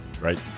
right